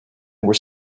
were